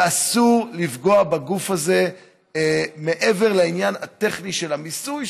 ואסור לפגוע בגוף הזה מעבר לעניין הטכני של המיסוי,